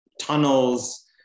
tunnels